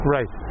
Right